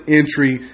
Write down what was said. entry